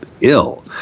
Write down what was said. ill